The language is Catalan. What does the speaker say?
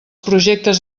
projectes